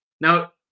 Now